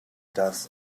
does